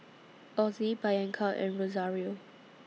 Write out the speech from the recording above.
Ozie Bianca and Rosario